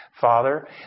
Father